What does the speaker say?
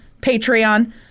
Patreon